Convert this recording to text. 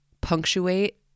punctuate